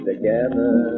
Together